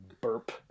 burp